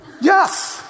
Yes